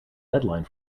deadline